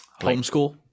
Homeschool